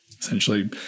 essentially